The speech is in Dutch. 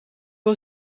wel